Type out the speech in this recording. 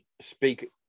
speak